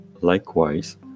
Likewise